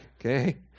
okay